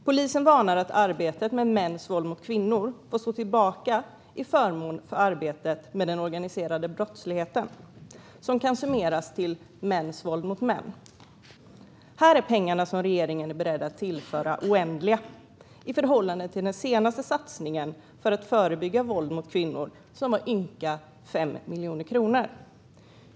Polisen varnar att arbetet med mäns mot kvinnor får stå tillbaka till förmån för arbetet med den organiserade brottsligheten, som kan summeras som mäns våld mot män. Här är pengarna som regeringen är beredd att tillföra oändliga i förhållande till den senaste satsningen för att förebygga våld mot kvinnor, som var på ynka 5 miljoner kronor.